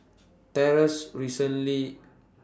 Trace recently